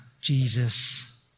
Jesus